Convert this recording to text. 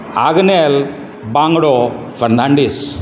Agnel Bangdo Fernandes